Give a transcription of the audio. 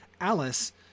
Alice